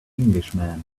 englishman